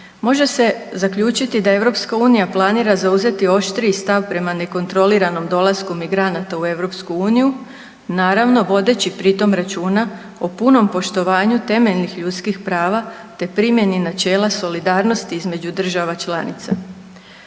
Može se zaključiti da EU planira zauzeti oštriji stav prema nekontroliranom dolasku migranata u EU naravno vodeći pri tom računa o punom poštovanju temeljnih ljudskih prava te primjeni načela solidarnosti između država članica.